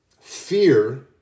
fear